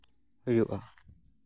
ᱦᱩᱭᱩᱜᱼᱟ